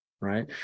right